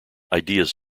ideas